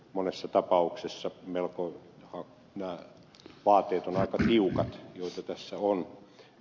monessa tapauksessa nämä vaateet ovat melko tiukat joita tässä on